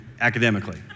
academically